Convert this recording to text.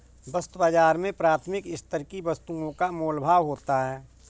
वस्तु बाजार में प्राथमिक स्तर की वस्तुओं का मोल भाव होता है